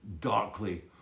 darkly